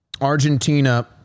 Argentina